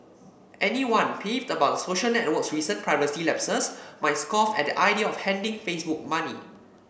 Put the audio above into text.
anyone peeved about the social network's recent privacy lapses might scoff at the idea of handing Facebook money